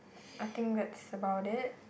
I think that's about it